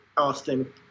Austin